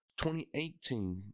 2018